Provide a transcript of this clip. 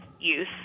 use